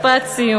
עוד משפט סיום.